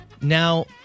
Now